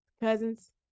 Cousins